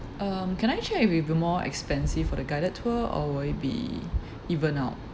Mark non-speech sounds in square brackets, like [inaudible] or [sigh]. um can I check if it will be more expensive for the guided tour or will it be [breath] even out